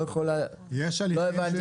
לא הבנתי.